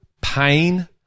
pain